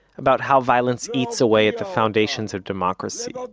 about how violence eats away at the foundations of democracy.